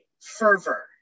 fervor